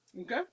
okay